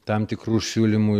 tam tikrų siūlymų